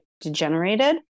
degenerated